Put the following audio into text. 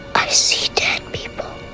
i see dead people